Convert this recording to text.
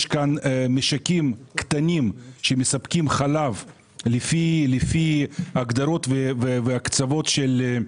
יש משקים קטנים שמספקים חלב לפי הגדרות והקצבות של